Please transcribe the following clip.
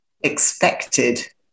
expected